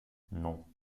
non